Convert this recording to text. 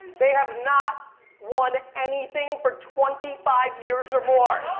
they have not won anything for twenty five years or more.